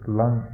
lung